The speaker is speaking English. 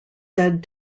said